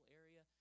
area